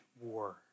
war